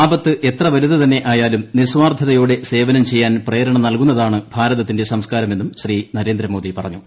ആപത്ത് ക്ടിക്ട് പലുത് തന്നെ ആയാലും നിസാർത്ഥതയോടെ സേവനം പ്ലെയ്യാൻ പ്രേരണ നൽകുന്നതാണ് ഭാരതത്തിന്റെ സംസ്കാരമ്മെന്നും ് ശ്രീ നരേന്ദ്രമോദി പറഞ്ഞു